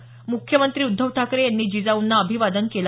म्ख्यमंत्री उद्धव ठाकरे यांनी जिजाऊंना अभिवादन केलं